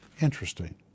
Interesting